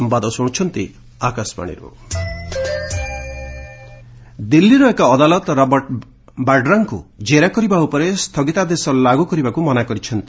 Vadra court ଦିଲ୍ଲୀର ଏକ ଅଦାଲତ ରବର୍ଟ ବାଡ୍ରାଙ୍କୁ ଜେରା କରିବା ଉପରେ ସ୍ଥଗିତାଦେଶ ଲାଗୁ କରିବାକୁ ମନା କରିଛନ୍ତି